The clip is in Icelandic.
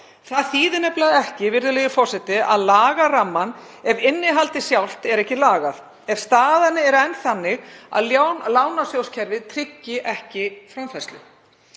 Það þýðir nefnilega ekki, virðulegi forseti, að laga rammann ef innihaldið sjálft er ekki lagað, ef staðan er enn þannig að lánasjóðskerfið tryggi ekki framfærslu.